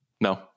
No